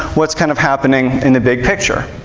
what's kind of happening in the big picture?